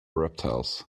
reptiles